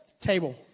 Table